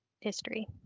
history